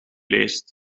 leest